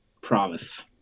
Promise